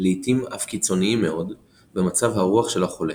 לעיתים אף קיצוניים מאוד – במצב הרוח של החולה,